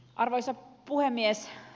arvoisa puhemies